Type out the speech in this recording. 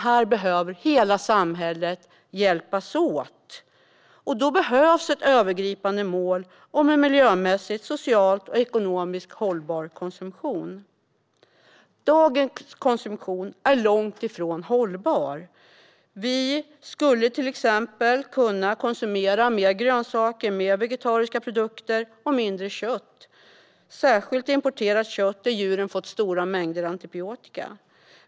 Här behöver hela samhället hjälpas åt, och då behövs ett övergripande mål om en miljömässigt, socialt och ekonomiskt hållbar konsumtion. Dagens konsumtion är långt ifrån hållbar. Vi skulle till exempel kunna konsumera mer grönsaker och vegetabiliska produkter och mindre kött, särskilt importerat kött där djuren fått stora mängder antibiotika.